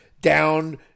down